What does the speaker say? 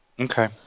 Okay